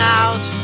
out